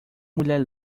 mulher